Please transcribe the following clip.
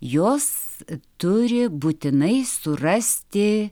jos turi būtinai surasti